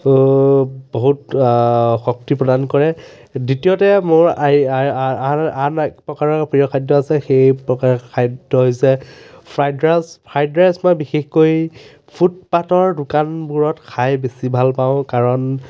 বহুত শক্তি প্ৰদান কৰে দ্বিতীয়তে মোৰ আন প্ৰকাৰৰ প্ৰিয় খাদ্য আছে সেই প্ৰকাৰ খাদ্য হৈছে ফ্ৰাইদ ৰাইচ ফ্ৰাইদ ৰাইচ মই বিশেষকৈ ফুটপাথৰ দোকানবোৰত খাই বেছি ভাল পাওঁ কাৰণ